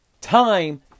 Time